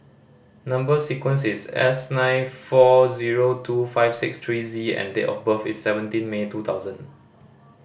number sequence is S nine four zero two five six three Z and date of birth is seventeen May two thousand